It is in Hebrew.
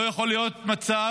לא יכול להיות מצב